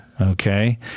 Okay